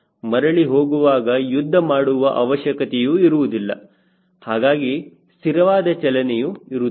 ಮರಳಿ ಹೋಗುವಾಗ ಯುದ್ಧ ಮಾಡುವ ಅವಶ್ಯಕತೆಯೂ ಇರುವುದಿಲ್ಲ ಹಾಗಾಗಿ ಸ್ಥಿರವಾದ ಚಲನೆಯು ಇರುತ್ತದೆ